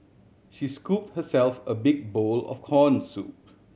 she scoop herself a big bowl of corn soup